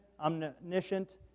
omniscient